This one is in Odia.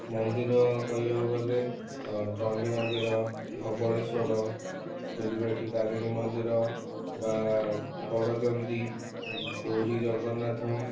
ମନ୍ଦିର କହିବାକୁ ଗଲେ ଚଣ୍ଡି ମନ୍ଦିର ଧବଳେଶ୍ୱର ବିରିବାଟି ତାରିଣୀ ମନ୍ଦିର ବା ଗଡ଼ଚଣ୍ଡୀ ପୁରୀ ଜଗନ୍ନାଥ